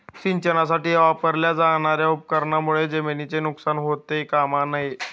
सिंचनासाठी वापरल्या जाणार्या उपकरणांमुळे जमिनीचे नुकसान होता कामा नये